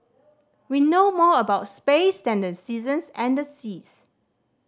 we know more about space than the seasons and the seas